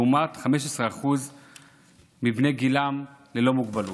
לעומת 15% מבני גילם שהם ללא מוגבלות.